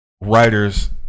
writers